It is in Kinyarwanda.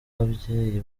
babyeyi